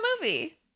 movie